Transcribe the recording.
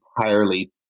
entirely